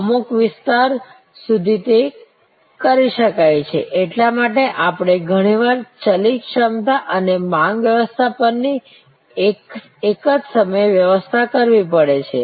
અમુક વિસ્તાર સુધી તે કરી શકાય છે એટલા માટે આપણે ઘણીવાર ચલિત ક્ષમતા અને માંગ વ્યવસ્થાપનની એક જ સમયે વ્યવસ્થા કરવી પડે છે